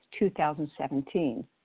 2017